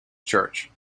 church